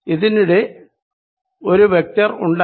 അതിനിവിടെ ഒരു വെക്ടർ ഉണ്ടായിരുന്നു